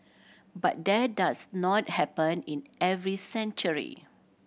but that does not happen in every century